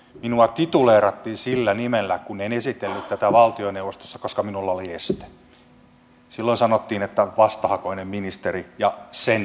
minua tituleerattiin sillä nimellä kun en esitellyt tätä valtioneuvostossa koska minulla oli este silloin sanottiin että vastahakoinen ministeri ja sen takia sanoin näin